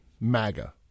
MAGA